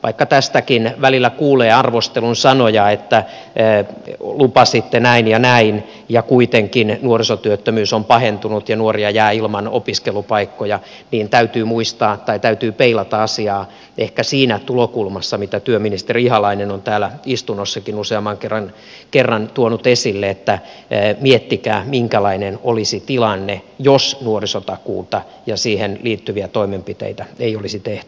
vaikka tästäkin välillä kuulee arvostelun sanoja että lupasitte näin ja näin ja kuitenkin nuorisotyöttömyys on pahentunut ja nuoria jää ilman opiskelupaikkoja niin täytyy peilata asiaa ehkä siinä tulokulmassa mitä työministeri ihalainen on täällä istunnossakin useamman kerran tuonut esille että miettikää minkälainen olisi tilanne jos nuorisotakuuta ja siihen liittyviä toimenpiteitä ei olisi tehty